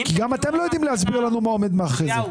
גם אתם לא יודעים להסביר לנו מה עומד מאחורי זה.